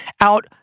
out